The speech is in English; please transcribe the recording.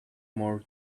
more